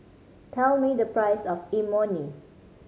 tell me the price of Imoni